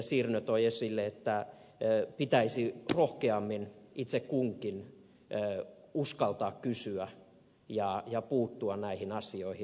sirnö toi esille että pitäisi rohkeammin itse kunkin uskaltaa kysyä ja puuttua näihin asioihin